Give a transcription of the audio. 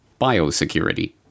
biosecurity